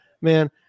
man